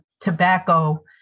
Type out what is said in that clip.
tobacco